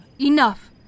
Enough